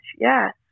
Yes